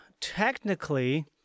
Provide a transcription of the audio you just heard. technically